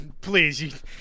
Please